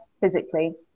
physically